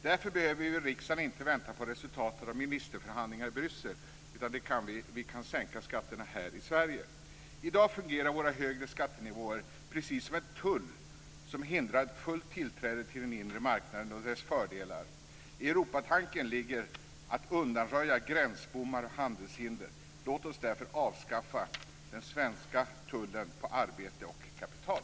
Därför behöver riksdagen inte vänta på resultaten av ministerförhandlingar i Bryssel, utan vi kan sänka skatterna här i I dag fungerar våra högre skattenivåer som en tull som hindrar fullt tillträde till den inre marknaden och dess fördelar. I Europatanken ligger att undanröja gränsbommar och handelshinder. Låt oss därför avskaffa den svenska tullen på arbete och kapital.